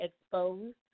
exposed